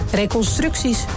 reconstructies